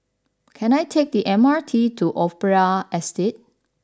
can I take the M R T to Opera Estate